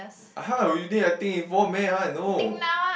how you think I think meh how I know